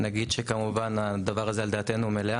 כמובן שהדבר הזה על דעתנו המלאה,